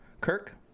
Kirk